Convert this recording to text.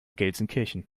gelsenkirchen